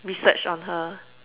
research on her